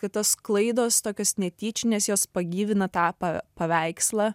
kad tos klaidos tokios netyčinės jos pagyvina tą pa paveikslą